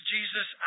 Jesus